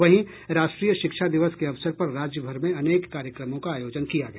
वहीं राष्ट्रीय शिक्षा दिवस के अवसर पर राज्यभर में अनेक कार्यक्रमों का आयोजन किया गया